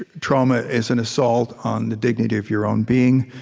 ah trauma is an assault on the dignity of your own being,